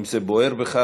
אם זה בוער בך,